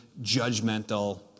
judgmental